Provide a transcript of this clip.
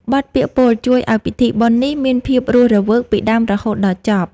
បទពាក្យពោលជួយឱ្យពិធីបុណ្យនេះមានភាពរស់រវើកពីដើមរហូតដល់ចប់។